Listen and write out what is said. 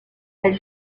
elle